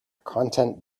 content